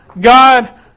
God